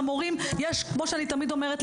למורים יש כמו שאני תמיד אומרת,